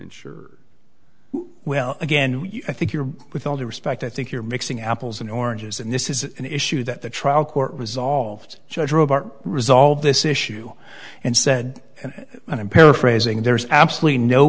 ensure well again i think your with all due respect i think you're mixing apples and oranges and this is an issue that the trial court resolved judge of our resolve this issue and said and i'm paraphrasing there's absolutely no